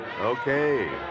Okay